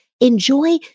Enjoy